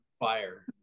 fire